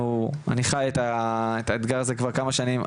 אני חי את האתגר הזה כבר כמה שנים,